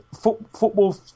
football